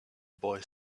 boy